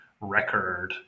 record